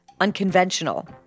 unconventional